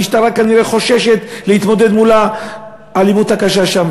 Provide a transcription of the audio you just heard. המשטרה כנראה חוששת להתמודד מול האלימות הקשה שם,